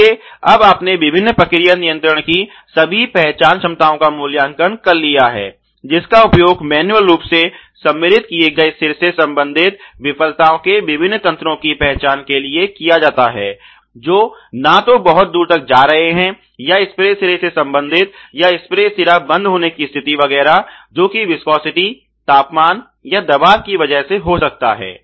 इसलिए अब आपने विभिन्न प्रक्रिया नियंत्रण की सभी पहचान क्षमताओं का मूल्यांकन कर लिया है जिसका उपयोग मैन्युअल रूप से सम्मिलित किए गए सिरे से संबंधित विफलताओं के विभिन्न तंत्रों की पहचान के लिए किया जाता है जो न तो बहुत दूर तक जा रहे हैं या स्प्रे सिरे से संबन्धित या स्प्रे सिरा बंद होने कि स्थिति वगैरह जो कि विस्कोसिटी तापमान या दबाब की वजह से हो सकता है